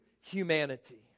humanity